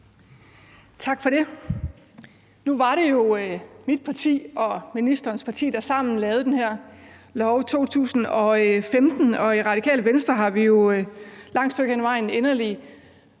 Tak for det. Nu var det jo mit parti og ministerens parti, der sammen lavede den her lov i 2015, og i Radikale Venstre har vi jo et langt stykke hen ad vejen